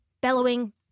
bellowing